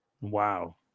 Wow